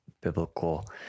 biblical